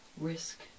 Risk